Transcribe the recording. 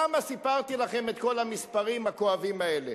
למה סיפרתי לכם את כל המספרים הכואבים האלה?